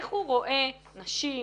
איך הוא רואה נשים,